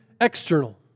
external